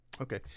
Okay